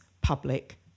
public